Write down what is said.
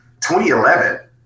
2011